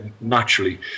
naturally